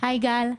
היי גל,